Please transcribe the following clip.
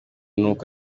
n’uko